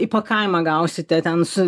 įpakavimą gausite ten su